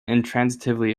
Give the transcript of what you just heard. intransitively